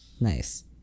Nice